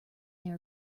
their